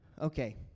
Okay